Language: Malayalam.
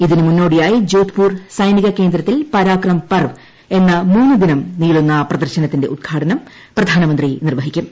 ഇതിനു മുന്നോടിയായി ജോധ്പൂർ സൈനിക കേന്ദ്രത്തിൽ പരാക്രം പർവ് എന്ന മൂന്നു ദിനം നീളുന്ന പ്രദർശനത്തിന്റെ ഉദ്ഘാടനം പ്രധാനമന്ത്രി നിർവ്വഹിക്കും